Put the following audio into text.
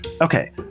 Okay